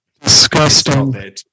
Disgusting